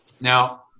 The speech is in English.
Now